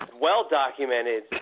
well-documented